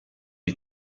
est